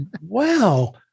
wow